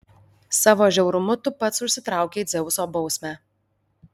savo žiaurumu tu pats užsitraukei dzeuso bausmę